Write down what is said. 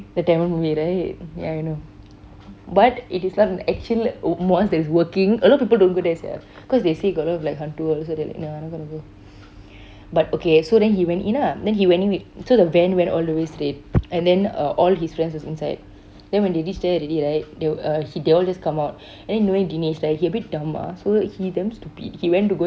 the tamil movie right ya I know but it is an actual mosque that is working a lot of people don't go there sia cause they say got a lot of hantu all so they like no I not gonna go but okay so then he went in ah then he went in with so the van went in all the way straight and then uh all his friends was inside then when they reach there already right they uh he they all just come out and then knowing dinesh right he a bit dumb ah so he damn stupid he went to go